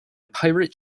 pirate